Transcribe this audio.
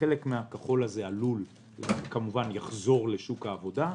חלק מהכחול הזה יחזור לשוק העבודה,